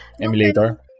emulator